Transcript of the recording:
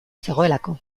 zegoelako